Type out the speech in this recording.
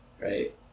right